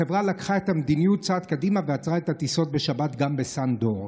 החברה לקחה את המדיניות צעד קדימה ועצרה את הטיסות בשבת גם בסאן דור,